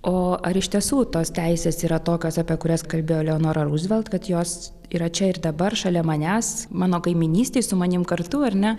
o ar iš tiesų tos teisės yra tokios apie kurias kalbėjo eleonora ruzvelt kad jos yra čia ir dabar šalia manęs mano kaimynystėj su manimi kartu ar ne